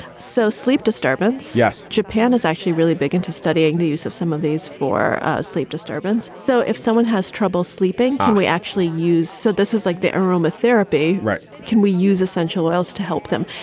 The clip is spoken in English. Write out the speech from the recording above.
so sleep disturbance? yes. japan is actually really big into studying the use of some of these for ah sleep disturbance. so if someone has trouble sleeping, can we actually use. so this is like the aroma therapy. right. can we use essential oils to help them?